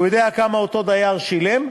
והוא יודע כמה אותו דייר שילם,